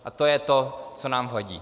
A to je to, co nám vadí.